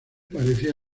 parecía